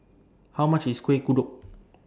How much IS Kuih Kodok